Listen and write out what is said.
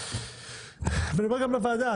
אני אומר גם לוועדה,